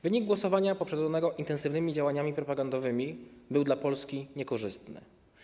Wynik głosowania poprzedzony intensywnymi działaniami propagandowymi był dla Polski niekorzystny.